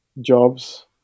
jobs